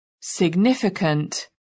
significant